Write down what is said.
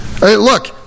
Look